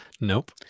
Nope